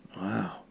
Wow